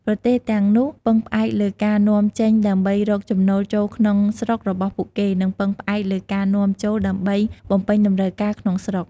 ប្រទេសទាំងនោះពឹងផ្អែកលើការនាំចេញដើម្បី រកចំណូលចូលក្នុងស្រុករបស់ពួកគេ និងពឹងផ្អែកលើការនាំចូលដើម្បី បំពេញតម្រូវការ ក្នុងស្រុក។